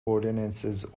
ordinances